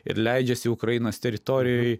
ir leidžiasi ukrainos teritorijoj